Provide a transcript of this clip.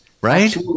right